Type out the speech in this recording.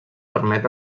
permet